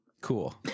Cool